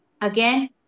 Again